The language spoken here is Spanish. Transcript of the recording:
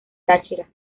táchira